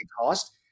cost